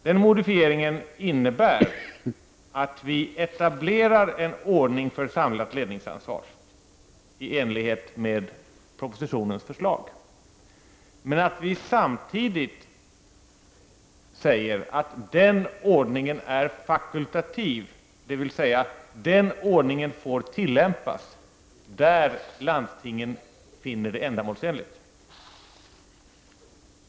Den modifieringen innebär att det etableras en ordning för samlat ledningsansvar i enlighet med propositionens förslag. Men vi säger samtidigt att den ordningen är fakultativ, dvs. den ordningen får tillämpas där landstingen finner det ändamålsenligt.